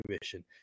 commission